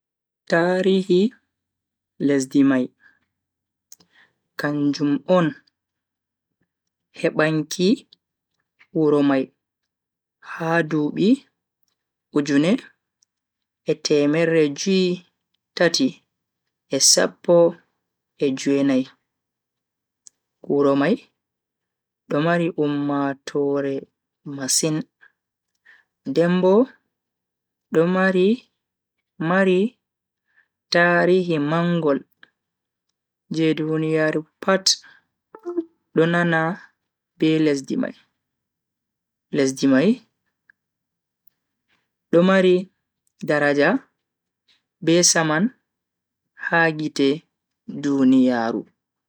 Tarihi lesdi mai kanjum on hebanki wuro mai ha dubi ujune e temerre jue-tati e sappo e jue-nai. wuro mai do mari ummatoore masin, den bo do mari mari tarihi mangol je duniyaaru pat do nana be lesdi mai. lesdi mai do mari daraja be saman ha gite duniyaaru.